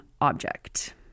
object